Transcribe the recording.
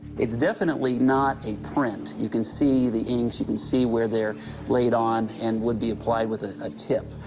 it's definitely not a print. you can see the inks. you can see where they're laid on and would be applied with ah a tip.